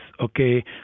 okay